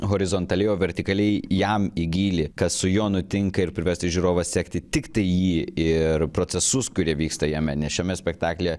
horizontaliai o vertikaliai jam į gylį kas su juo nutinka ir priversti žiūrovą sekti tiktai jį ir procesus kurie vyksta jame nes šiame spektaklyje